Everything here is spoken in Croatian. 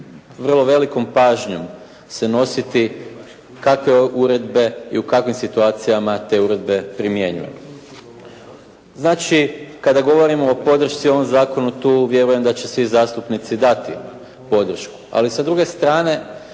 velikom pažnjom se nositi kakve uredbe i u kakvim situacijama te uredbe primjenjujemo. Znači kada govorimo o podršci ovom zakonu tu vjerujem da će svi zastupnici dati podršku, ali s druge strane